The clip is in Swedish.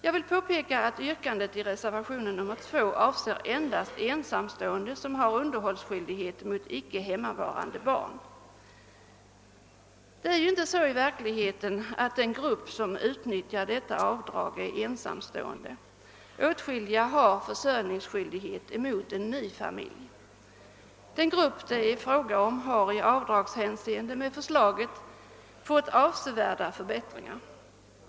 Jag vill påpeka att yrkandet i reservationen 2 endast avser ensamstående med = underhållsskyldighet mot icke hemmavarande barn. Det är dock inte så i verkligheten att den grupp som utnyttjar detta avdrag är ensamstående. Åtskilliga har = försörjningsskyldighet mot en ny familj. Den grupp det här gäller har i avdragshänseende fått avsevärda förbättringar med förslaget.